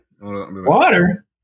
Water